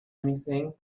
anything